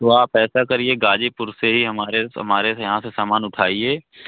तो आप ऐसा करिए गाज़ीपुर से ही हमारे हमारे यहाँ से सामान उठाइए